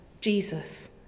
Jesus